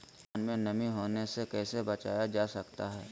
धान में नमी होने से कैसे बचाया जा सकता है?